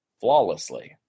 flawlessly